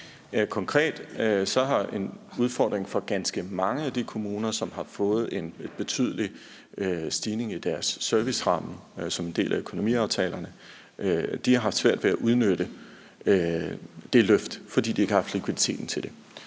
Konkret har en udfordring for ganske mange af de kommuner, som har fået en betydelig stigning i deres serviceramme som en del af økonomiaftalerne, været, at de har haft svært ved at udnytte det løft, fordi de ikke har haft likviditeten til det.